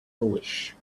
flourish